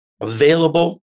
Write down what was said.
available